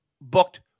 booked